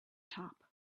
top